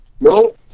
no